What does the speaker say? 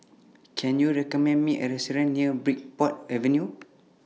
Can YOU recommend Me A Restaurant near Bridport Avenue